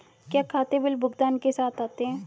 क्या खाते बिल भुगतान के साथ आते हैं?